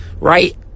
right